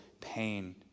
pain